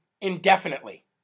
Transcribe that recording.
indefinitely